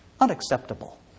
unacceptable